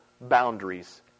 boundaries